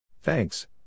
Thanks